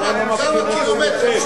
ושיבחו את מדיניותו של קדאפי?